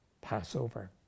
Passover